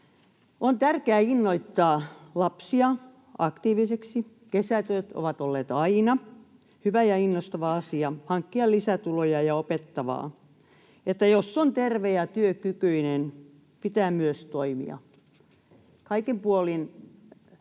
On tärkeää innoittaa lapsia aktiivisiksi. Kesätyöt ovat olleet aina hyvä ja innostava asia, voi hankkia lisätuloja, ja opettava. Jos on terve ja työkykyinen, pitää myös toimia. Kaikin puolin